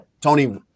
Tony